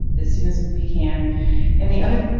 as soon as we can and the other.